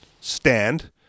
stand